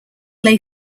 lay